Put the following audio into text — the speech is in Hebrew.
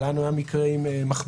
לנו היה מקרה עם מכבסה,